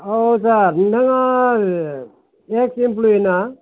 औ सार नोंथाङा एक्स इमप्लइ ना